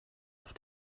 auf